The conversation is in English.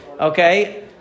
okay